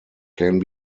can